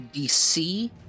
DC